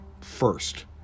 first